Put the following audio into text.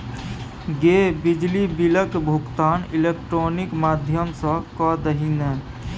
गै बिजली बिलक भुगतान इलेक्ट्रॉनिक माध्यम सँ कए दही ने